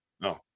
no